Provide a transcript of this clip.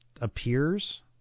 appears